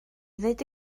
ddweud